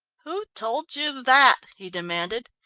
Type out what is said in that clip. who told you that? he demanded.